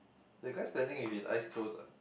the guy standing with his eyes close ah